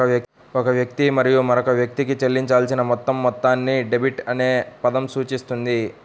ఒక వ్యక్తి మరియు మరొక వ్యక్తికి చెల్లించాల్సిన మొత్తం మొత్తాన్ని డెట్ అనే పదం సూచిస్తుంది